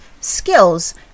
skills